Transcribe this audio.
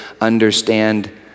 understand